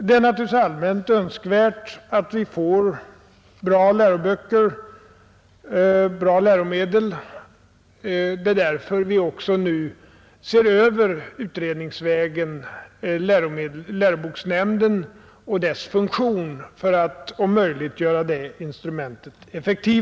Det är naturligtvis allmänt önskvärt att vi får bra läroböcker och bra läromedel. Det är också därför som vi nu utredningsvägen ser över läroboksnämnden och dess funktion. Vi vill om möjligt göra det instrumentet mera effektivt.